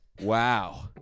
Wow